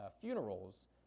funerals